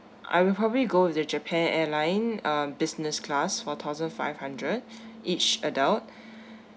I will probably go with the japan airline uh business class for thousand five hundred each adult